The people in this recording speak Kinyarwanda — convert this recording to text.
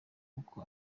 kuko